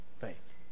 faith